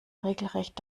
regelrecht